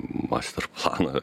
master planą